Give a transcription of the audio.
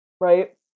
Right